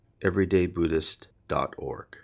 everydaybuddhist.org